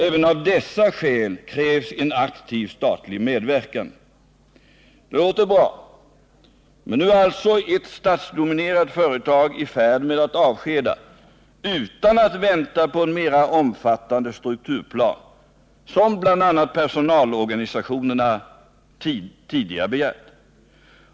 Även av dessa skäl krävs en aktiv statlig medverkan.” Det låter bra, men nu är alltså ett statsdominerat företag i färd med att avskeda, utan att vänta på en mera omfattande strukturplan, en strukturplan som bl.a. personalorganisationerna tidigare begärt.